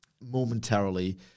momentarily